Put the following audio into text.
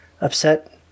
upset